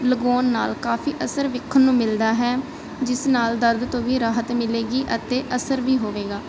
ਲਗਾਉਣ ਨਾਲ ਕਾਫੀ ਅਸਰ ਵੇਖਣ ਨੂੰ ਮਿਲਦਾ ਹੈ ਜਿਸ ਨਾਲ ਦਰਦ ਤੋਂ ਵੀ ਰਾਹਤ ਮਿਲੇਗੀ ਅਤੇ ਅਸਰ ਵੀ ਹੋਵੇਗਾ